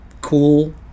cool